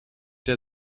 der